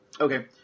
Okay